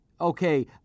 okay